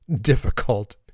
difficult